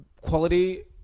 Quality